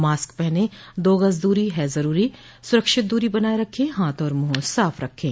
mask पहनें दो गज़ दूरी है ज़रूरी सुरक्षित दूरी बनाए रखें हाथ और मुंह साफ़ रखें